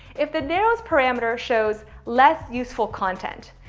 if the narrows parameter shows less useful content.